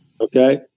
Okay